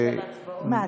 מה,